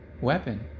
weapon